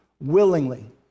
willingly